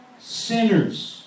sinners